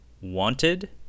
wanted